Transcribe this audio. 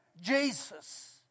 Jesus